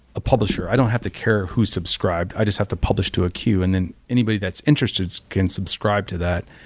a publisher i don't have to care who subscribed. i just have to publish to a queue, and then anybody that's interested can subscribe to that.